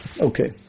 okay